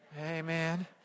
Amen